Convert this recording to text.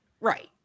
right